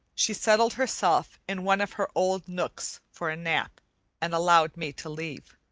she settled herself in one of her old nooks for a nap and allowed me to leave.